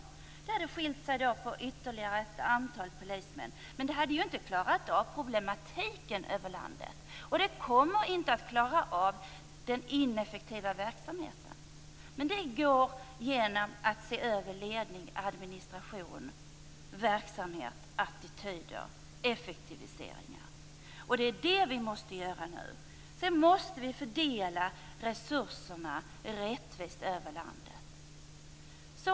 Det skulle alltså ha skilt sig när det gäller ytterligare ett antal polismän men det skulle inte ha klarat problematiken i landet. Detta med den ineffektiva verksamheten skulle inte heller klaras av. Det är däremot möjligt att klara det genom att man ser över ledning, administration, verksamhet, attityder och effektiviseringar. Det är vad vi nu måste göra. Vidare måste vi fördela resurserna rättvist över landet.